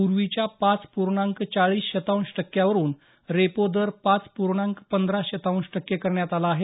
पूर्वीच्या पाच पूर्णांक चाळीस शतांश टक्क्यांवरून रेपो दर पाच पूर्णांक पंधरा शतांश टक्के करण्यात आला आहे